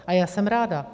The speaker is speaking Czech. A já jsem ráda.